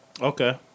Okay